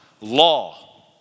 law